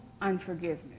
unforgiveness